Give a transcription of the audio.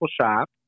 shop